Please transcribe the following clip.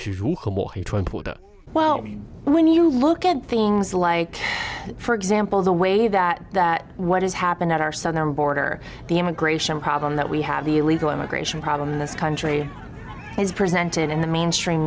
baby well when you look at things like for example the way that that what has happened at our southern border the immigration problem that we have the illegal immigration problem in this country is presented in the mainstream